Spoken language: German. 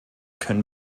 können